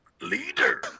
Leader